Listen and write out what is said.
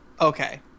Okay